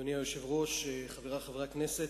אדוני היושב-ראש, חברי חברי הכנסת,